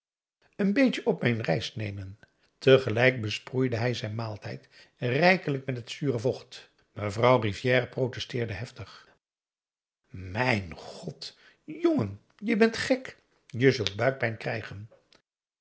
een beetje op mijn rijst nemen tegelijk besproeide hij zijn maaltijd rijkelijk met het zure vocht mevrouw rivière protesteerde heftig mijn god jongen je bent gek je zult buikpijn krijgen